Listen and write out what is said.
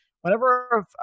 whenever